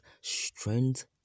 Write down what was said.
strength